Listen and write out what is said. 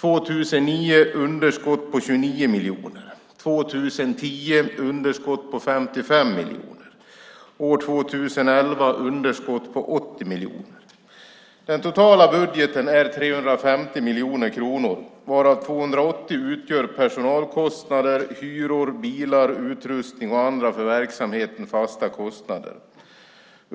på följande sätt: År 2009 blir det ett underskott på 29 miljoner kronor. År 2010 blir det ett underskott på 55 miljoner kronor. År 2011 blir det ett underskott på 80 miljoner kronor. Den totala budgeten är på 350 miljoner kronor varav 280 miljoner kronor utgör kostnader för personal, hyror, bilar, utrustning och andra för verksamheten fasta kostnader.